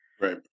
right